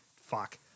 fuck